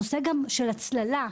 נושא ההצללה,